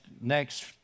next